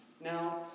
Now